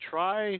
Try